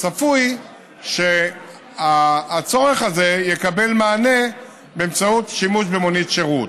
צפוי שהצורך הזה יקבל מענה באמצעות שימוש במונית שירות.